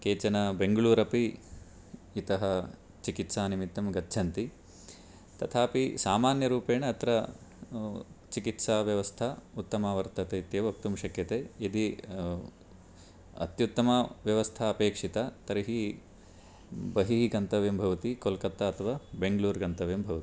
केचन बेङ्गळूरु अपि इतः चिकित्सानिमित्तं गच्छन्ति तथापि सामान्यरूपेण अत्र चिकित्साव्यवस्था उत्तमा वर्तते इत्येव वक्तुं शक्यते यदि अत्युत्तमव्यवस्था अपेक्षिता तर्हि बहिः गन्तव्यं भवति कोल्कत्ता अथवा बेङ्गळूरु गन्तव्यं भवति